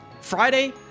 Friday